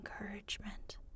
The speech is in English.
encouragement